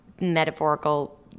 metaphorical